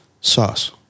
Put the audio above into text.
Sauce